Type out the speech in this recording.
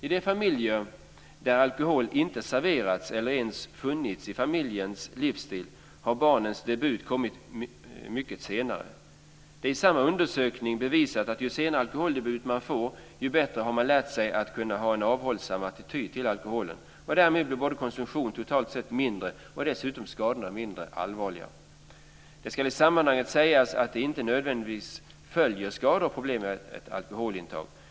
I de familjer där alkohol inte serverats eller ens funnits med i livsstilen har barnens debut kommit mycket senare. Det är i samma undersökning bevisat att ju senare alkoholdebut man får, desto bättre har man lärt sig att kunna ha en avhållsam attityd till alkoholen. Därmed blir konsumtionen totalt sett mindre, och dessutom blir skadorna mindre allvarliga. Det ska i sammanhanget sägas att det inte nödvändigtvis följer skador och problem med ett alkoholintag.